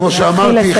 כמו שאמרתי,